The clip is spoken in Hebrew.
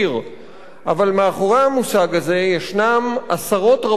אבל מאחורי המושג הזה יש עשרות רבות של מקרים,